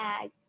tag